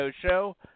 Show